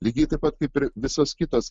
lygiai taip pat kaip ir visos kitos